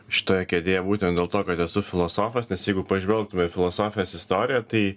šitoje kėdėje būtent dėl to kad esu filosofas nes jeigu pažvelgtume į filosofijos istoriją tai